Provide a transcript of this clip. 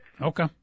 Okay